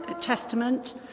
Testament